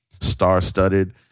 star-studded